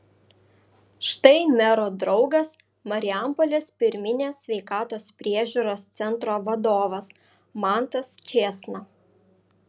štai mero draugas marijampolės pirminės sveikatos priežiūros centro vadovas mantas čėsna